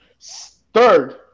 Third